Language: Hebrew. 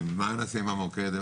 ומה נעשה עם המוקד.